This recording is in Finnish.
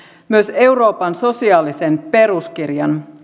myös euroopan sosiaalisen peruskirjan